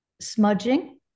smudging